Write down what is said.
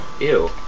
Ew